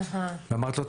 אמרתי לו,